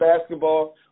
basketball